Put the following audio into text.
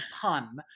pun